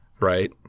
right